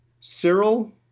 Cyril